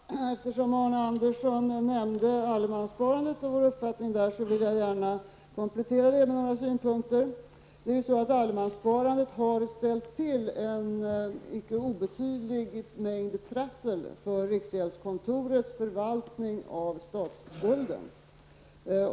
Herr talman! Eftersom Arne Andersson nämnde allemanssparandet och vår uppfattning i fråga om detta vill jag gärna komplettera med några synpunkter. Allemanssparandet har ställt till en icke obetydlig mängd trassel när det gäller riksgäldskontorets förvaltning av statsskulden.